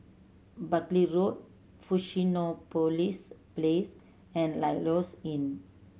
Buckley Road Fusionopolis police Place and Lloyds Inn